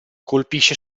colpisce